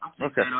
Okay